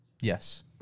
Yes